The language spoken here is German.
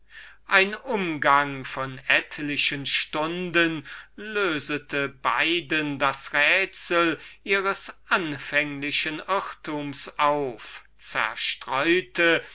ein umgang von etlichen stunden lösete beiden das rätsel ihres anfänglichen irrtums auf zerstreute